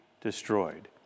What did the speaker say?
destroyed